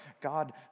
God